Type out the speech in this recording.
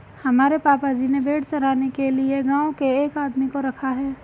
हमारे पापा जी ने भेड़ चराने के लिए गांव के एक आदमी को रखा है